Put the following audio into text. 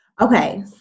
Okay